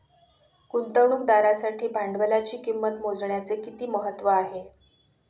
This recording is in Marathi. गुंतवणुकदारासाठी भांडवलाची किंमत मोजण्याचे किती महत्त्व आहे?